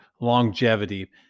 longevity